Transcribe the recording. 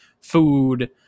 food